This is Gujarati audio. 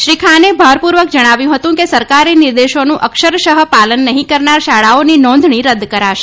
શ્રી ખાને ભાર પૂર્વક જણાવ્યું હતું કે સરકારી નિર્દેશોનું અક્ષરશઃ પાલન નહીં કરનાર શાળાઓની નોંધણી રદ કરાશે